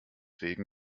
wegen